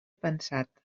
pensat